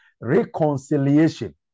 reconciliation